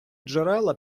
джерела